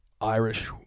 Irish